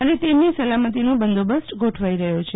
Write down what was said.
અને તેમની સલામતીનો બંદોબસ્ત ગોઠવાઇ રહ્યો છે